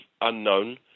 unknown